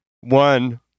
One